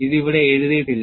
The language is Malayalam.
അത് ഇവിടെ എഴുതിയിട്ടില്ല